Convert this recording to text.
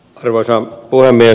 arvoisa puhemies